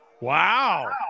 Wow